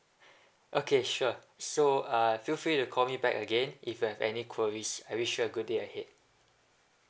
okay sure so uh feel free to call me back again if you have any queries I wish you a good day ahead